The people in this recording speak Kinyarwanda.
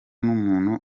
n’umuntu